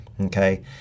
Okay